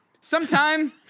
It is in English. sometime